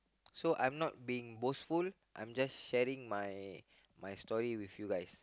so I'm not being boastful I'm just sharing my my story with you guys